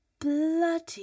bloody